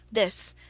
this,